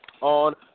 on